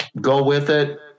go-with-it